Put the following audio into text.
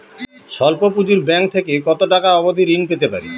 স্বল্প পুঁজির ব্যাংক থেকে কত টাকা অবধি ঋণ পেতে পারি?